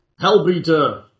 Hellbeater